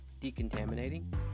decontaminating